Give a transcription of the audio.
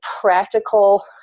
practical